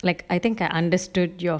like I think I understood your